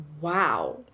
wow